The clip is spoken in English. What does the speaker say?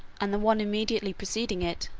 and the one immediately preceding it,